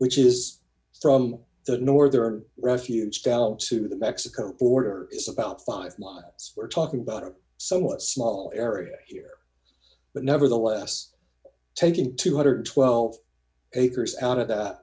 which is some the northern refuge down to the mexico border is about five months we're talking about a somewhat small area here but nevertheless taking two hundred and twelve dollars acres out